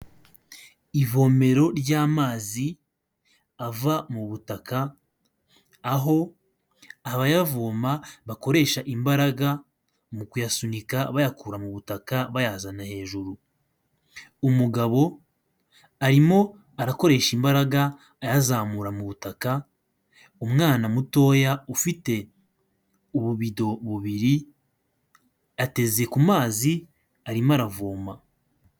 Ivomero ry'amazi ava mu butaka aho abayavoma bakoresha imbaraga mu kuyasunika bayakura mu butaka bayazana hejuru, umugabo arimo arakoresha imbaraga ayazamura mu butaka umwana mutoya ufite ububido bubiri ateze ku mazi arimo aravoma.